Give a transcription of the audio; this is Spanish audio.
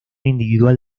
individual